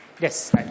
Yes